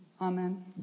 Amen